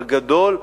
בגדול,